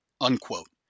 unquote